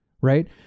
right